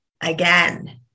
again